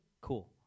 Cool